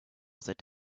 that